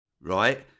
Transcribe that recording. right